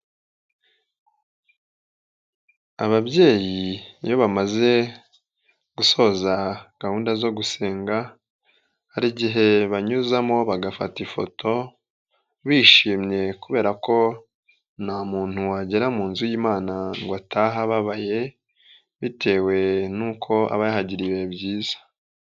Ababyeyi iyo bamaze gusoza gahunda zo gusenga, hari igihe banyuzamo bagafata ifoto bishimye kubera ko nta muntu wagera mu nzu y'Imana ngo atahababaye bitewe n'uko abahagiriye ibihe byiza.